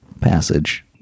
passage